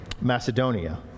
Macedonia